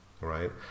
right